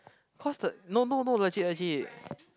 cause the no no no legit legit